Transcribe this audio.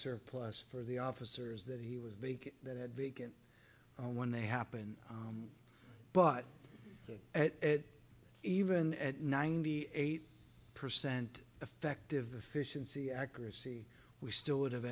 surplus for the officers that he was big that had vacant when they happen but it even at ninety eight percent effective the fish and see accuracy we still would have